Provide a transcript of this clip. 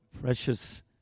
precious